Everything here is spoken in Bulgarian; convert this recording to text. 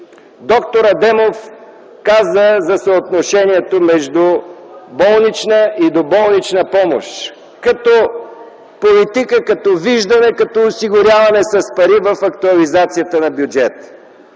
Доктор Адемов каза за съотношението между болнична и доболнична помощ – като политика, като виждане, като осигуряване с пари в актуализацията на бюджета.